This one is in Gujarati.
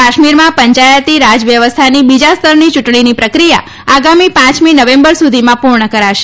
કાશ્મીરમાં પંચાયતી રાજ વ્યવસ્થાની બીજા સ્તરની ચૂંટણીની પ્રક્રિયા આગામી પાંચમી નવેમ્બર સુધીમાં પૂર્મ કરાશે